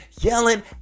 yelling